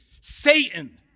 Satan